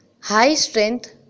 high-strength